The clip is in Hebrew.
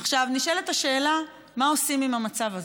עכשיו נשאלת השאלה מה עושים עם המצב הזה,